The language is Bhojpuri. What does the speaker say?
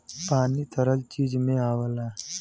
पानी तरल चीज में आवला